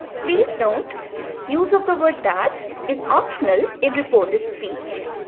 please note use of the word that is optional in reported speech.